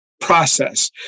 process